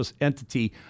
entity